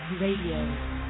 Radio